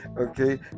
Okay